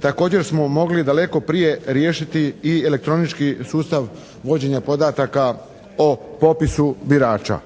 Također smo mogli daleko prije riješiti i elektronički sustav vođenja podataka o popisu birača.